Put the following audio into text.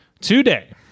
today